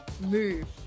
Move